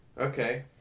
Okay